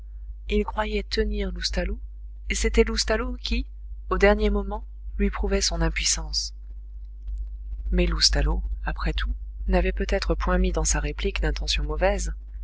il croyait tenir loustalot et c'était loustalot qui au dernier moment lui prouvait son impuissance mais loustalot après tout n'avait peut-être point mis dans sa réplique d'intention mauvaise